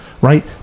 right